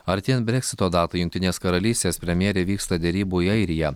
artėjant breksito datai jungtinės karalystės premjerė vyksta derybų į airiją